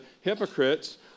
hypocrites